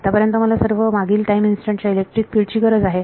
आत्तापर्यंत मला सर्व मागील टाईम इन्स्टंट च्या इलेक्ट्रिक फील्ड ची गरज आहे